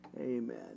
Amen